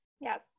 Yes